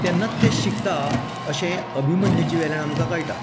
तेन्नाच तें शिकता अशें अभिमन्युच्या वेल्यान आमकां कळटां